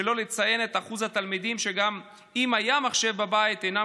שלא לציין את אחוז התלמידים שגם אם היה להם מחשב בבית אינם